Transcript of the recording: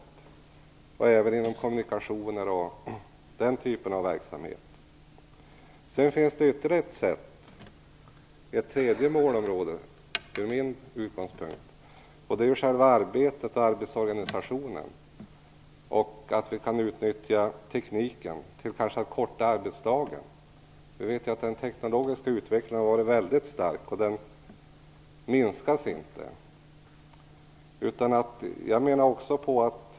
Det gäller även inom kommunikationer och den typen av verksamhet. Vidare finns, med min utgångspunkt, ett tredje målområde. Det är själva arbetet och arbetsorganisationen och att vi kan utnyttja tekniken till att kanske korta arbetsdagen. Vi vet att den teknologiska utvecklingen har varit väldigt stark och den minskar inte.